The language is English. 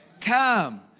Come